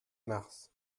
mars